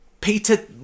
Peter